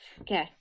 okay